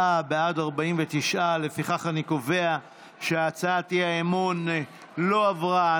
בעד, 49. לפיכך, אני קובע שהצעת האי-אמון לא עברה.